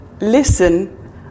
listen